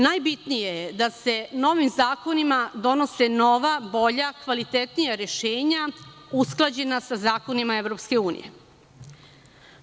Najbitnije je da se novim zakonima donose nova, bolja, kvalitetnija rešenja, usklađena sa zakonima Evropske unije.